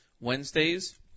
Wednesdays